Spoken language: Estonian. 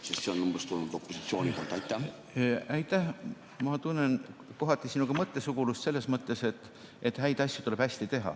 sest see ettepanek on tulnud opositsiooni poolt? Aitäh! Ma tunnen kohati sinuga mõttesugulust selles mõttes, et häid asju tuleb hästi teha.